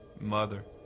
mother